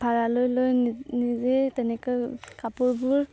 ভাড়ালৈ লৈ নিজেই তেনেকৈ কাপোৰবোৰ